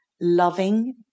loving